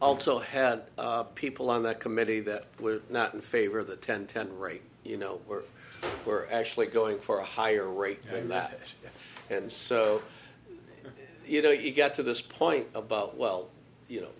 also had people on that committee that we're not in favor of the ten ten rate you know we're we're actually going for a higher rate than that and so you know you get to this point about well you know